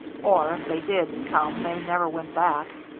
or if they did come they never went back,